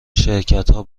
شرکتها